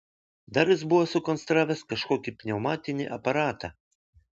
dar jis buvo sukonstravęs kažkokį pneumatinį aparatą